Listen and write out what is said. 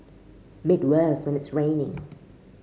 made worse when it's raining